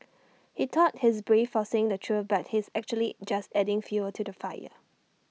he thought he's brave for saying the truth but he's actually just adding fuel to the fire